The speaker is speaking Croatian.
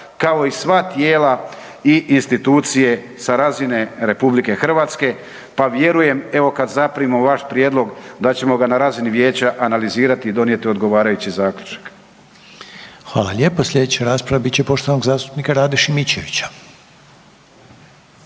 kao i sva tijela i institucije sa razine RH, pa vjerujem evo kad zaprimimo vaš prijedlog da ćemo ga na razini vijeća analizirati i donijeti odgovarajući zaključak. **Reiner, Željko (HDZ)** Hvala lijepa. Sljedeća rasprava bit će poštovanog zastupnika Rade Šimičevića.